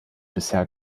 bisher